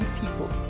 people